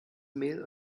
mehl